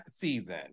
season